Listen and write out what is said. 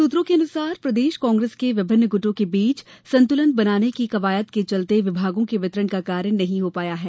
सुत्रों के अनुसार प्रदेश कांग्रेस के विभिन्न ग्टों के बीच संतुलन बनाने की कवायद के चलते विभागों के विंतरण का कार्य नहीं हो पाया है